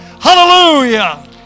Hallelujah